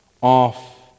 off